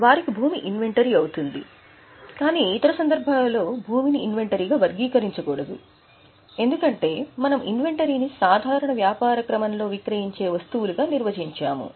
కాబట్టి వారికి భూమి ఇన్వెంటరీ అవుతుంది కాని అవి కాకుండా భూమిని ఇన్వెంటరీ గా వర్గీకరించకూడదు ఎందుకంటే మనము ఇన్వెంటరీ ని సాధారణ వ్యాపార క్రమంలో విక్రయించే వస్తువులుగా నిర్వచించాము